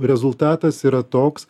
rezultatas yra toks